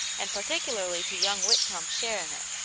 and particularly to young whitcomb's share in it.